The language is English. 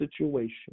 situation